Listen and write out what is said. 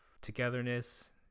togetherness